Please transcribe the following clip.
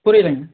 புரியலைங்க